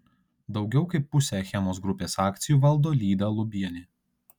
daugiau kaip pusę achemos grupės akcijų valdo lyda lubienė